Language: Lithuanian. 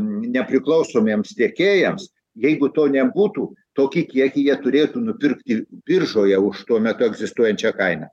nepriklausomiems tiekėjams jeigu to nebūtų tokį kiekį jie turėtų nupirkti biržoje už tuo metu egzistuojančią kainą